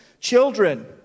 Children